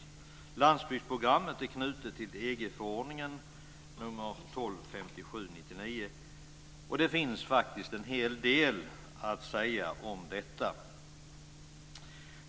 Landsbygdsprogrammet är knutet till EG-förordningen 1257/99. Det finns faktiskt en hel del att säga om detta.